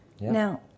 now